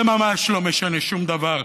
זה ממש לא משנה שום דבר,